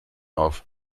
auf